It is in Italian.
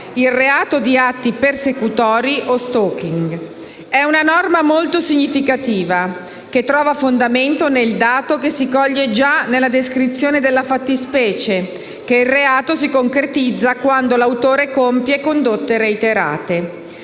il reato di atti persecutori o *stalking*. È una norma molto significativa, che trova fondamento nel dato che si coglie già nella descrizione della fattispecie, che il reato cioè si concretizza quando l'autore compie condotte reiterate.